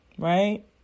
Right